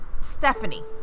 Stephanie